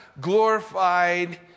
glorified